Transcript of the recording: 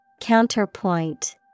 Counterpoint